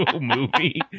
movie